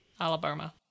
Alabama